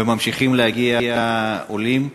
וממשיכים להגיע עולים.